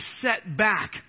setback